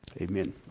Amen